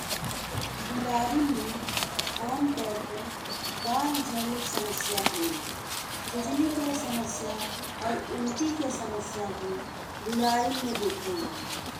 बिलारिन में अमतौर पे बार झड़ने के समस्या, खुजली के समस्या और उल्टी के समस्या भी बिलारिन में देखल जाला।